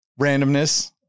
randomness